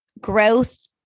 growth